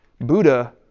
Buddha